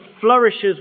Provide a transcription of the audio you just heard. flourishes